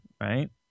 right